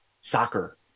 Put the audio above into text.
soccer